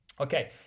okay